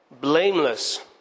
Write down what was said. blameless